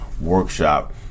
workshop